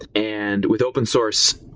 and with open source,